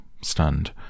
stunned